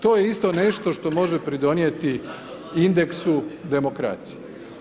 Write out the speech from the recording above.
To je isto nešto što može pridonijeti indeksu demokracije.